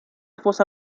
fosa